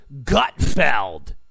Gutfeld